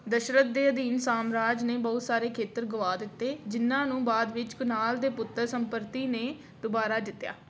ਦਸ਼ਰਥ ਦੇ ਅਧੀਨ ਸਾਮਰਾਜ ਨੇ ਬਹੁਤ ਸਾਰੇ ਖੇਤਰ ਗੁਆ ਦਿੱਤੇ ਜਿਨ੍ਹਾਂ ਨੂੰ ਬਾਅਦ ਵਿੱਚ ਕੁਨਾਲ ਦੇ ਪੁੱਤਰ ਸੰਪਰਤੀ ਨੇ ਦੁਬਾਰਾ ਜਿੱਤਿਆ